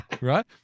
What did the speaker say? Right